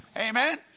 Amen